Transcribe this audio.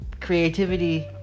creativity